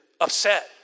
upset